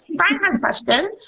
bryan has a question.